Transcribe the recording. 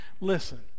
Listen